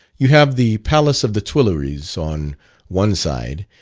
you have the palace of the tuileries on one side,